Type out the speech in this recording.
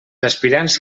aspirants